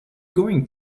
going